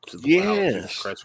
Yes